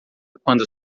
quando